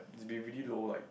it's be really low like